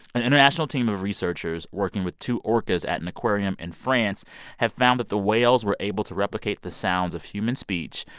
an international team of researchers working with two orcas at an aquarium in france have found that the whales were able to replicate the sounds of human speech,